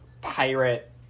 pirate